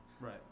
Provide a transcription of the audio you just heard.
Right